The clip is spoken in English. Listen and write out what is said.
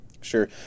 sure